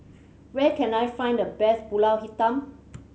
where can I find the best Pulut Hitam